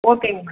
ஓகேங்க மேடம்